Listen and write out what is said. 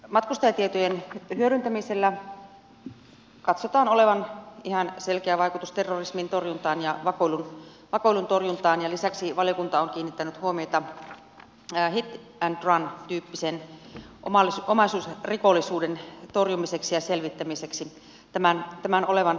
matkustajatietojen hyödyntämisellä katsotaan olevan ihan selkeä vaikutus terrorismin ja vakoilun torjuntaan ja lisäksi valiokunta on kiinnittänyt huomiota siihen että hit and run tyyppisen omaisuusrikollisuuden torjumiseksi ja selvittämiseksi tämä on perusteltua